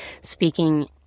speaking